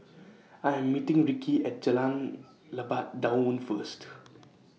I Am meeting Rickie At Jalan Lebat Daun First